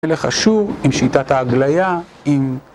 מלך אשור עם שיטת ההגליה, עם